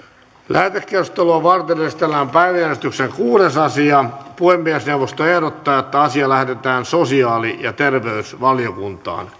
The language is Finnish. lähetekeskustelua varten esitellään päiväjärjestyksen kuudes asia puhemiesneuvosto ehdottaa että asia lähetetään sosiaali ja terveysvaliokuntaan